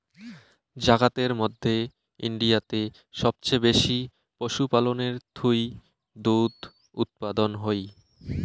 জাগাতের মধ্যে ইন্ডিয়াতে সবচেয়ে বেশি পশুপালনের থুই দুধ উপাদান হই